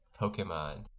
Pokemon